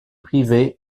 privée